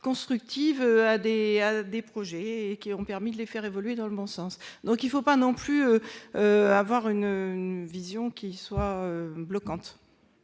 constructive avait des projets qui ont permis de les faire évoluer dans le bon sens, donc il faut pas non plus avoir une vision qui soit le canton.